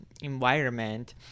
environment